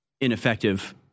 ineffective